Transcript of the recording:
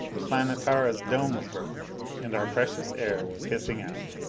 the planetara's dome was broken and our precious air was hissing out.